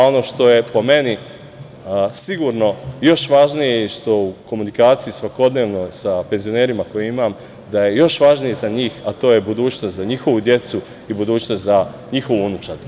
Ono što je po meni sigurno još važnije i što u komunikaciji svakodnevnoj sa penzionerima koju imam, da je još važnije za njih, a to je budućnost za njihovu decu i budućnost za njihovu unučad.